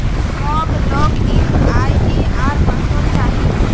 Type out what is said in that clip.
मोक log in ID आर password चाहि